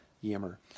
Yammer